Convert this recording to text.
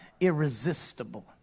Irresistible